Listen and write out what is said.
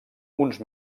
uns